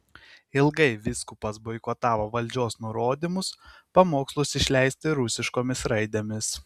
ilgai vyskupas boikotavo valdžios nurodymus pamokslus išleisti rusiškomis raidėmis